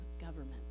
government